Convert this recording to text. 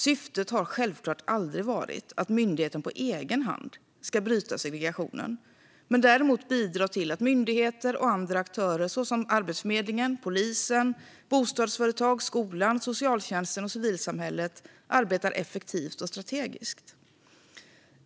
Syftet har självklart aldrig varit att myndigheten på egen hand ska bryta segregationen. Däremot ska den bidra till att myndigheter och andra aktörer som Arbetsförmedlingen, polisen, bostadsföretag, skolan, socialtjänsten och civilsamhället arbetar effektivt och strategiskt.